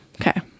Okay